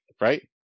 right